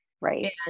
Right